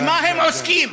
במה הם עוסקים?